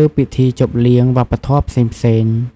ឬពិធីជប់លៀងវប្បធម៏ផ្សេងៗ។